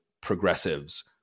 progressives